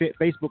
Facebook